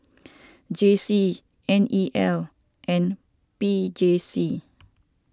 J C N E L and P J C